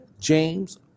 James